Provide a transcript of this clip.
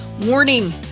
Warning